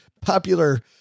popular